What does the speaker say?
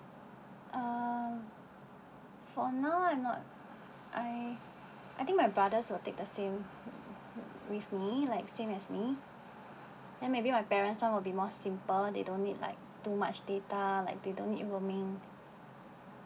uh for now I'm not I I think my brothers will take the same with me like same as me then maybe my parents one will be more simple they don't need like too much data like they don't need roaming